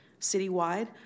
citywide